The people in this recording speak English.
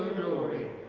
glory.